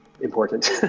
important